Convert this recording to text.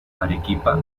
arequipa